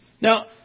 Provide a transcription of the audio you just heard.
Now